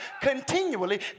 continually